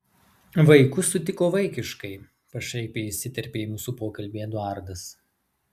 vaikus sutiko vaikiškai pašaipiai įsiterpė į mūsų pokalbį eduardas